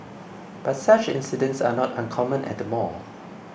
but such incidents are not uncommon at the mall